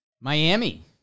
Miami